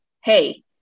Hey